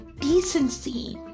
decency